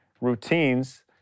routines